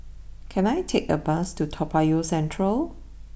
can I take a bus to Toa Payoh Central